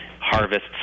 harvests